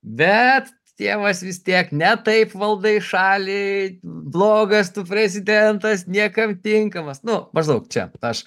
bet tėvas vis tiek ne taip valdai šalį blogas tu prezidentas niekam tinkamas nu maždaug čia aš